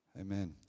amen